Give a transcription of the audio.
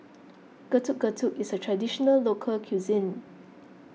Getuk Getuk is a Traditional Local Cuisine